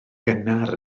gynnar